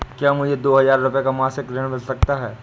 क्या मुझे दो हजार रूपए का मासिक ऋण मिल सकता है?